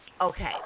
Okay